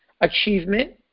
Achievement